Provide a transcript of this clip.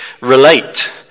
relate